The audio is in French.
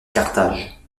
carthage